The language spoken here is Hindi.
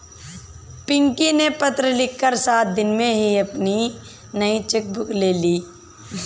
पिंकी ने पत्र लिखकर सात दिन में ही अपनी नयी चेक बुक ले ली